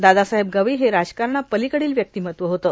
दादासाहेब गवई हे राजकारणापलीकडील व्यक्तिमत्व होते